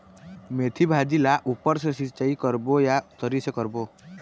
मेंथी भाजी ला ऊपर से सिचाई करबो या तरी से करबो?